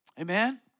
Amen